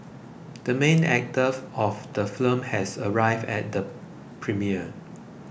the main actor of the movie has arrived at the premiere